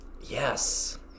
yes